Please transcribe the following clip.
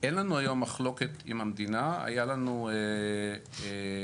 אין לנו היום